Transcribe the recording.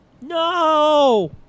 No